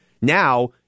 Now